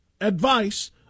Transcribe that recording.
advice